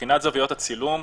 מבחינת זוויות הצילום,